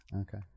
Okay